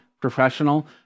professional